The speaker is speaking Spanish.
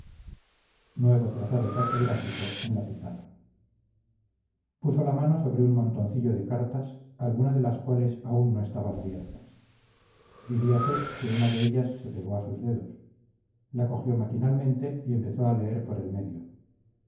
cerval miedo de sus cortesanos nuevo trazado taquigráfico en la pizarra puso la mano sobre un montoncillo de cartas algunas de las cuales aún no estaban abiertas diríase que una de ellas se pegó a sus dedos la cogió maquinalmente y empezó a leer por el medio